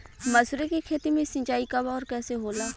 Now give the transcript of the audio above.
मसुरी के खेती में सिंचाई कब और कैसे होला?